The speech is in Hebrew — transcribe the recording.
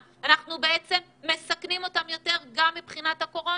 ולמעשה אנחנו מסכנים אותם יותר גם מבחינת הקורונה.